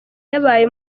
yabaye